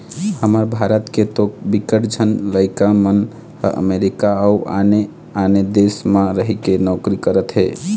हमर भारत के तो बिकट झन लइका मन ह अमरीका अउ आने आने देस म रहिके नौकरी करत हे